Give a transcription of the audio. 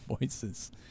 voices